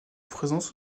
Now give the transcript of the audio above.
présence